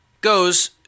goes